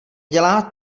dělá